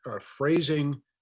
phrasing